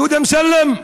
דודי אמסלם,